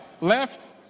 Left